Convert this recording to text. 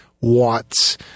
watts